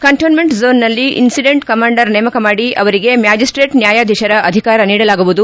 ಕಂಟೇನ್ಸೆಂಟ್ ಝೋನ್ನಲ್ಲಿ incident commander ನೇಮಕ ಮಾಡಿ ಅವರಿಗೆ ಮ್ಯಾಜಿಸ್ಸೇಟ್ ನ್ಯಾಯಾಧೀಶರ ಅಧಿಕಾರ ನೀಡಲಾಗುವುದು